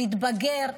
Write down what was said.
להתבגר,